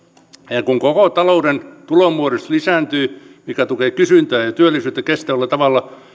ja kun koko talouden tulonmuodostus lisääntyy se tukee kysyntää ja työllisyyttä kestävällä tavalla